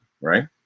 right